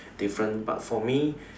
different but for me